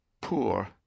poor